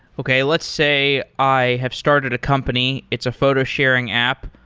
okay. let's say i have started a company. it's a photo-sharing app.